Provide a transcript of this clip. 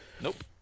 Nope